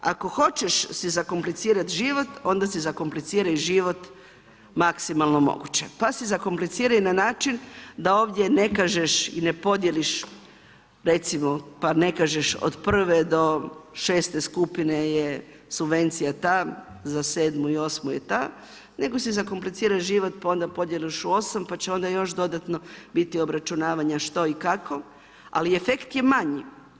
Ako hoćeš si zakomplicirat život, onda si zakompliciraj život maksimalno moguće pa si zakompliciraj na način da ovdje ne kažeš i ne podijeliš recimo pa ne kažeš od prve do šeste skupine je subvencija ta, za 7. i 8. je ta, nego si zakompliciraš života pa onda podijeliš u 8 pa će onda još dodatno biti obračunavanja što i kako, ali efekt je manji.